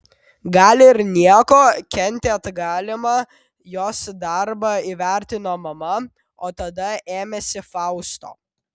gal ir nieko kentėt galima jos darbą įvertino mama o tada ėmėsi fausto